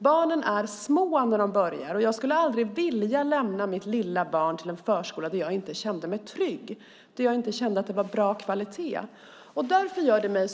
Barnen är små när de börjar, och jag skulle aldrig vilja lämna mitt lilla barn till en förskola där jag inte kände mig trygg och där jag inte kände att det var bra kvalitet. Därför gör det mig